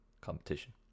competition